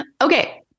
Okay